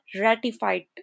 ratified